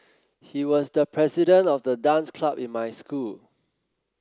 he was the president of the dance club in my school